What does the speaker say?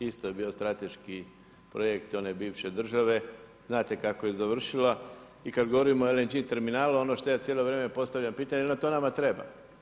Isto je bio strateški projekt one bivše države, znate kako je završila i kad govorimo o LNG terminalu, ono što ja cijelo vrijeme postavljam pitanje, jel to nama treba?